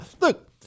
look